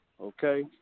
Okay